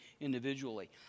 individually